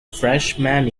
freshman